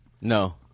No